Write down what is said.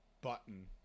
button